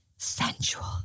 Sensual